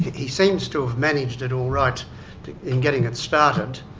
he seems to have managed it all right in getting it started,